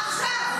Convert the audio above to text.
עכשיו.